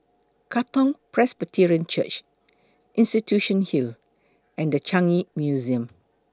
Katong Presbyterian Church Institution Hill and The Changi Museum